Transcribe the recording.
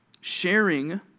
Sharing